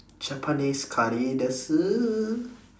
japanese curry desu